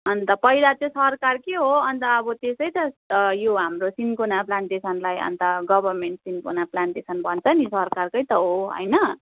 अन्त पहिला चाहिँ सरकारकै हो अन्त अब त्यसै त यो हाम्रो सिन्कोना प्लान्टेसनलाई अन्त गभर्मेन्ट सिन्कोना प्लानटेसन भन्छ नि सरकारकै त हो होइन